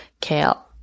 kale